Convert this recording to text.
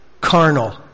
carnal